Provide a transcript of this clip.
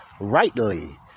rightly